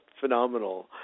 phenomenal